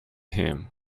him